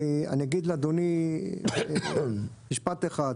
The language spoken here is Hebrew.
אני אגיד לאדוני משפט אחד.